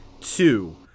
Two